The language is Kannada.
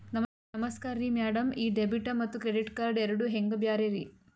ನಮಸ್ಕಾರ್ರಿ ಮ್ಯಾಡಂ ಈ ಡೆಬಿಟ ಮತ್ತ ಕ್ರೆಡಿಟ್ ಕಾರ್ಡ್ ಎರಡೂ ಹೆಂಗ ಬ್ಯಾರೆ ರಿ?